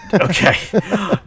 Okay